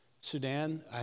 Sudan